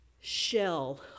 shell